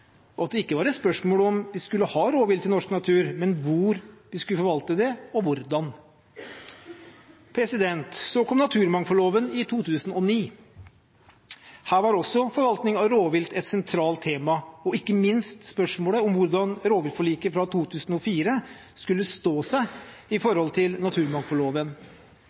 og at det ikke var et spørsmål om vi skulle ha rovvilt i norsk natur, men hvor vi skulle forvalte det, og hvordan. Så kom naturmangfoldloven i 2009. Her var også forvaltning av rovvilt et sentralt tema og ikke minst spørsmålet om hvordan rovviltforliket fra 2004 skulle stå seg med hensyn til naturmangfoldloven.